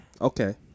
Okay